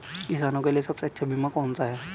किसानों के लिए सबसे अच्छा बीमा कौन सा है?